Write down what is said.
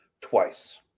Twice